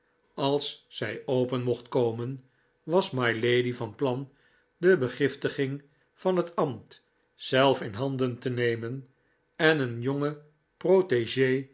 als zij open mocht komen was mylady van plan de begiftiging van het ambt zelf in handen te nemen en een jongen protege